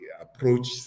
approach